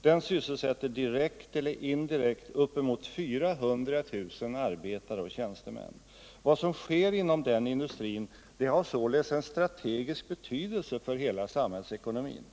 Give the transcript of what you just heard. Den sysselsätter direkt eller indirekt uppemot 400 000 arbetare och tjänstemän. Vad som sker inom den industrin har således en strategisk betydelse för hela samhällsekonomin.